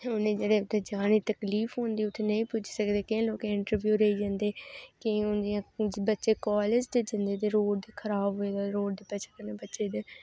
उनें जेह्ड़े उत्थै जानें ईं तकलीफ होंदी उत्थै नेँई पुज्जी सकदे केईं लोकें दे इंटरव्यू रेही जंदे केईं हून जियां बच्चे कालेज गै जंदे ते रोड़ दी खराब बजह् रोड़ दी बजह् कन्नै बच्चे